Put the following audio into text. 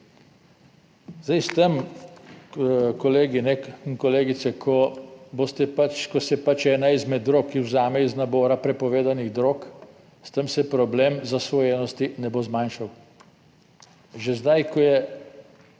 Zdaj, s tem, kolegi in kolegice, ko se ena izmed drog, ki vzame iz nabora prepovedanih drog, s tem se problem zasvojenosti ne bo zmanjšal, že zdaj ko je,